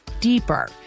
deeper